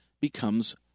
becomes